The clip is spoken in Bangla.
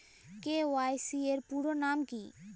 কে.ওয়াই.সি এর পুরোনাম কী?